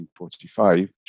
1945